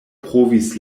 provis